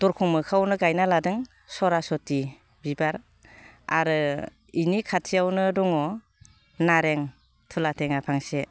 दरखं मोखाङावनो गायना लादों सरासथि बिबार आरो बेनि खाथियावनो दङ नारें थुला थेङा फांसे